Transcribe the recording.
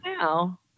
now